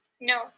No